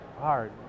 hard